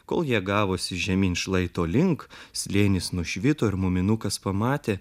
kol jie gavosi žemyn šlaito link slėnis nušvito ir muminukas pamatė